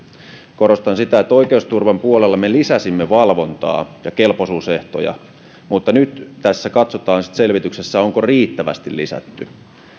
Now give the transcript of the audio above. korostan sitä että oikeusturvan puolella me lisäsimme valvontaa ja kelpoisuusehtoja mutta nyt tässä selvityksessä katsotaan onko riittävästi lisätty